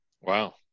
Wow